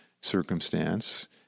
circumstance